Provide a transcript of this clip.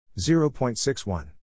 0.61